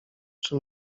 czy